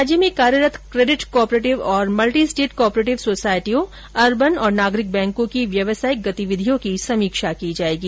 राज्य में कार्यरत क्रेडिट को ऑपरेटिव और मल्टी स्टेट को ऑपरेटिव सोसायटियों अरबन और नागरिक बैंकों की व्यावसयिक गतिविधियों की समीक्षा की जाएगी